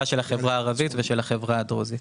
5 מיליון בסיכום להעברה עבור מינהלת הזהות היהודית בפריפריה.